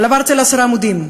אבל עברתי על עשרה עמודים,